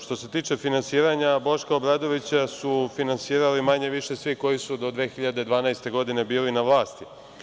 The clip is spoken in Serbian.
Što se tiče finansiranja Boška Obradovića su finansirali manje više svi koji su do 2012. godine bili na vlasti.